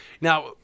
Now